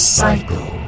cycle